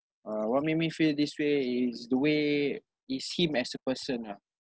uh what made me feel this way is the way is him as a person ah